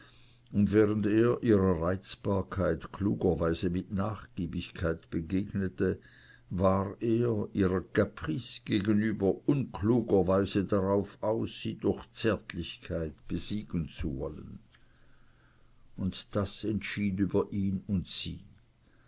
und während er ihrer reizbarkeit klugerweise mit nachgiebigkeit begegnete war er ihrer kaprice gegenüber unklugerweise darauf aus sie durch zärtlichkeit besiegen zu wollen und das entschied über ihn und sie